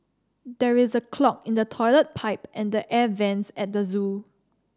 there is a clog in the toilet pipe and the air vents at the zoo